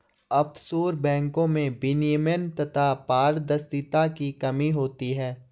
offshore बैंको में विनियमन तथा पारदर्शिता की कमी होती है